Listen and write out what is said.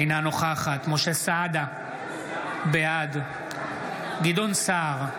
אינה נוכחת משה סעדה, בעד גדעון סער,